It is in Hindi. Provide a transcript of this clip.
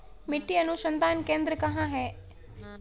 मिट्टी अनुसंधान केंद्र कहाँ है?